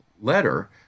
letter